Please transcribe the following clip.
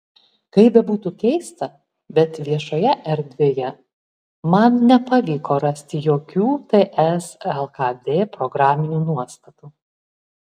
kaip bebūtų keista bet viešoje erdvėje man nepavyko rasti jokių ts lkd programinių nuostatų